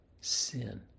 sin